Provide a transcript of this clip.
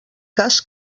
cas